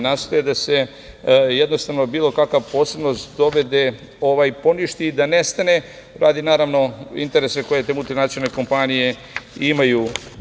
Nastoje da se jednostavno, bilo kakav posebnost dovede, poništi, da nestane radi interesa koje te multinacionalne kompanije imaju.